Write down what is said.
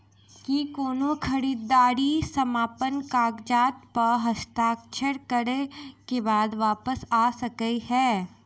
की कोनो खरीददारी समापन कागजात प हस्ताक्षर करे केँ बाद वापस आ सकै है?